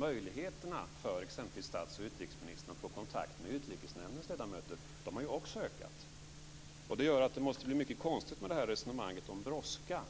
Möjligheterna för exempelvis statsministern och utrikesministern att få kontakt med Utrikesnämndens ledamöter har också ökat. Det gör att det måste bli mycket konstigt med det här resonemanget om brådska.